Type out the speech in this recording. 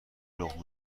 لقمه